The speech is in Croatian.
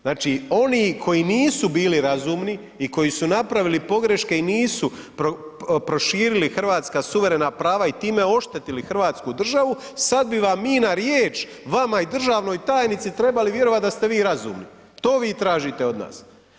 Znači oni koji nisu bili razumni i koji su napravili pogreške i nisu proširili hrvatska suverena prava i time oštetili Hrvatsku državu sad bi vam mi na riječ vama i državnoj tajnici trebali vjerovati da ste vi razumni, to vi tražite od nas.